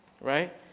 right